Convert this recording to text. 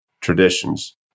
traditions